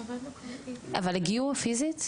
אבל הגיעו פיזית?